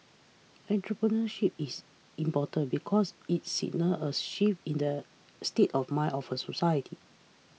entrepreneurship is important because it signals a shift in the state of mind of a society